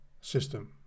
system